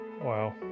Wow